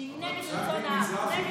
שהיא נגד רצון העם.